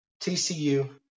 TCU